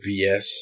bs